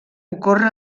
ocorre